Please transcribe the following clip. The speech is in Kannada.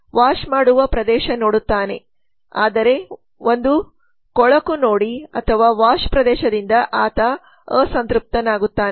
ವಾಶ್ ಪ್ರದೇಶ ನೋಡುತ್ತಾನೆ ಆದರೆ ಒಂದು ಕೊಳಕು ನೋಡುತ್ತಾನೆ ಅಥವಾ ವಾಶ್ ಪ್ರದೇಶದಿಂದ ಆತ ಅಸಂತೃಪ್ತನಾಗುತ್ತಾನೆ